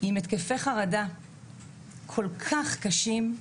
ומאז המקרה היא עם התקפי חרדה כל כך קשים.